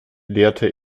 lehrte